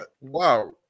Wow